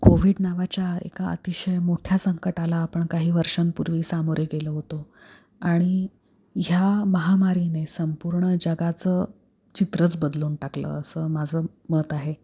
Covid नावाच्या एका अतिशय मोठ्या संकटाला आपण काही वर्षांपूर्वी सामोरे गेलो होतो आणि ह्या महामारीने संपूर्ण जगाचं चित्रच बदलून टाकलं असं माझं मत आहे